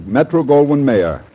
Metro-Goldwyn-Mayer